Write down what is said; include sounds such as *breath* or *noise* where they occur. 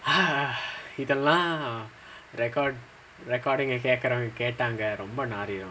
*breath* இதெல்லாம்:idhellaam record recording ah கேட்க்குறவங்க கேட்டாங்க ரொம்ப நாறிடும்:kedkkuravaanga kettaanga romba naaridum